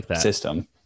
system